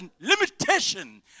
limitation